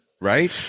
Right